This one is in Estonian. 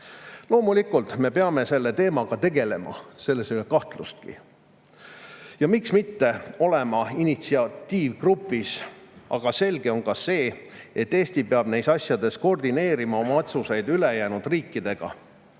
Loomulikult me peame selle teemaga tegelema, selles ei ole kahtlustki, ja miks mitte, [võime] olla ka initsiatiivgrupis. Aga selge on see, et Eesti peab neis asjades koordineerima oma otsuseid ülejäänud riikidega.